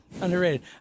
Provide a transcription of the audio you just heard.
Underrated